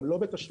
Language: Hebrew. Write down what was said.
גם לא בתשלום,